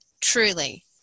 truly –